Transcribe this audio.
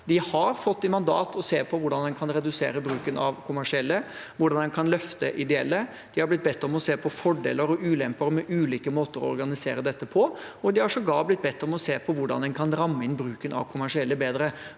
De har fått i mandat å se på hvordan en kan redusere bruken av kommersielle aktører, hvordan en kan løfte ideelle. De har blitt bedt om å se på fordeler og ulemper med ulike måter å organisere dette på. De har sågar blitt bedt om å se på hvordan en kan ramme inn bruken av kommersielle bedre.